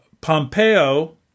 Pompeo